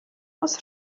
oes